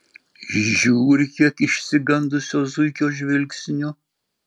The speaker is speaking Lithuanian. žiūri kiek išsigandusio zuikio žvilgsniu